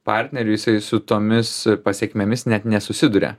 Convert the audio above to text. partnerių jisai su tomis pasekmėmis net nesusiduria